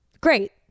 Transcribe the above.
Great